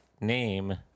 name